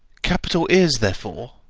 capital is, therefore,